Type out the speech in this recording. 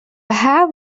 have